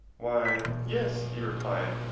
why, yes, he replied,